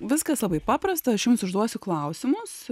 viskas labai paprasta aš jums užduosiu klausimus